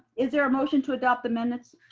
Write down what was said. is there a motion to adopt the minutes?